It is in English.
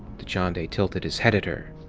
dachande tilted his head at her.